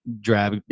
drab